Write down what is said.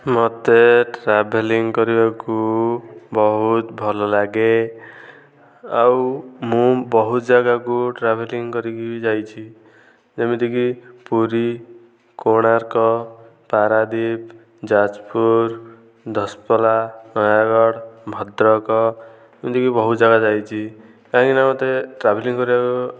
ମୋତେ ଟ୍ରାଭେଲିଂ କରିବାକୁ ବହୁତ ଭଲ ଲାଗେ ଆଉ ମୁଁ ବହୁତ ଜାଗାକୁ ଟ୍ରାଭେଲିଂ କରିକି ବି ଯାଇଛି ଯେମିତିକି ପୁରୀ କୋଣାର୍କ ପାରାଦୀପ ଯାଜପୁର ଦଶପଲ୍ଲା ନୟାଗଡ଼ ଭଦ୍ରକ ଏମିତିକି ବହୁତ ଜାଗା ଯାଇଛି କାହିଁକି ନା ମୋତେ ଟ୍ରାଭେଲିଂ କରିବାକୁ